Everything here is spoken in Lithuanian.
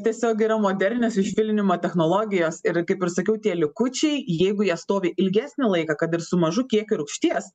tiesiog yra modernios išfilnimo technologijos ir kaip ir sakiau tie likučiai jeigu jie stovi ilgesnį laiką kad ir su mažu kiekiu rūgšties